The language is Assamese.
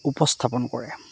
উপস্থাপন কৰে